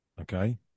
okay